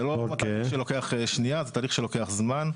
זה לא תהליך שלוקח שנייה, זה תהליך שלוקח זמן.